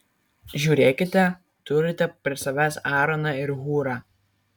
žiūrėkite turite prie savęs aaroną ir hūrą